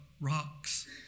rocks